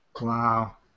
Wow